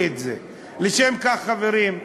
משום כך, חברים,